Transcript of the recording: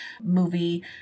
movie